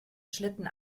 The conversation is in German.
schlitten